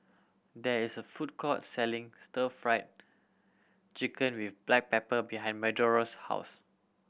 there is a food court selling Stir Fry Chicken with black pepper behind Medora's house